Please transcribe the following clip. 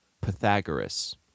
Pythagoras